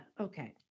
Okay